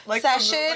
session